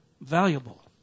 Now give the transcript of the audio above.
valuable